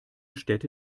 städte